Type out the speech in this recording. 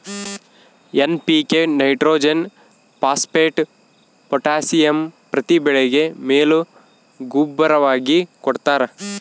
NPK nitrogen phosphate potassium ಪ್ರತಿ ಬೆಳೆಗೆ ಮೇಲು ಗೂಬ್ಬರವಾಗಿ ಕೊಡ್ತಾರ